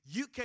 UK